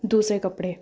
ਦੂਸਰੇ ਕੱਪੜੇ